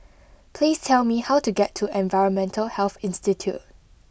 please tell me how to get to Environmental Health Institute